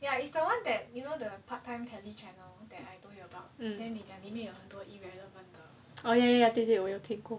ya it's the one that you know the part time tele channel that I told you about then 你讲里面有很多 irrelevant